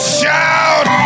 shout